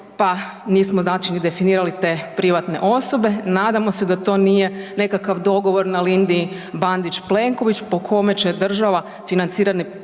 pa nismo znači ni definirali te privatne osobe, nadamo se da to nije nekakav dogovor na liniji Bandić-Plenković po kome će država financirati